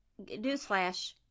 newsflash